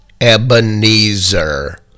Ebenezer